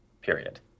period